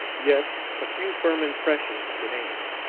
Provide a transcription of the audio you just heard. yet a few firm impressions remained.